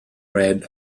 red